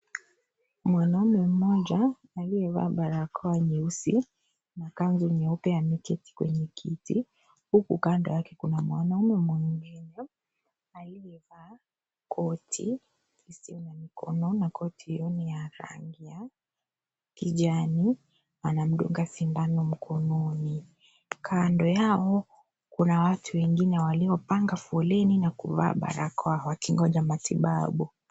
Mwanaume mmoja, aliyevaa barakoa nyeusi na kanzu nyeupe, ameketi kwenye kiti, huku kando yake kuna mwanaume mwingine aliyevaa koti isiyo na mikono na koti hiyo ni ya rangi ya kijani ,anamduka sindano mkononi. Kando yao, kuna watu wengine waliopanga foleni na kuvaa barakoa wakingoja matibabu.